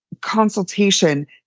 consultation